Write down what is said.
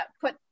put